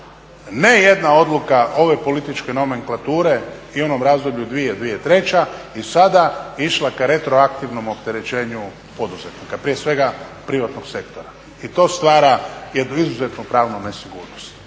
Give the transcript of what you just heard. Ne jedna odluka ove političke nomenklature i u onom razdoblju 2000.-2003. i sada je išla ka retroaktivnom opterećenju poduzetnika, prije svega privatnog sektora. I to stvara jednu izuzetnu pravnu nesigurnost.